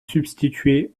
substituer